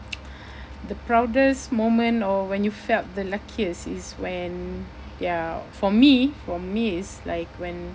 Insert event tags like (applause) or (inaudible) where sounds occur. (noise) the proudest moment or when you felt the luckiest is when ya for me for me it's like when